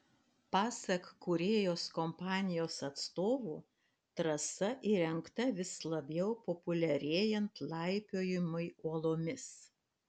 pasak kūrėjos kompanijos atstovų trasa įrengta vis labiau populiarėjant laipiojimui uolomis